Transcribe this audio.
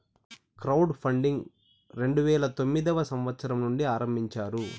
crowd funding రెండు వేల తొమ్మిదవ సంవచ్చరం నుండి ఆరంభించారు